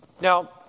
Now